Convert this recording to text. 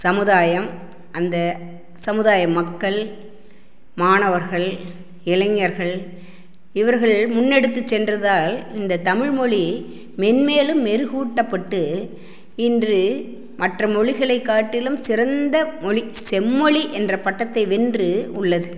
சமுதாயம் அந்த சமுதாய மக்கள் மாணவர்கள் இளைஞர்கள் இவர்கள் முன்னெடுத்துச் சென்றதால் இந்த தமிழ்மொழி மென்மேலும் மெருகூட்டப்பட்டு இன்று மற்ற மொழிகளை காட்டிலும் சிறந்த மொழி செம்மொழி என்ற பட்டத்தை வென்று உள்ளது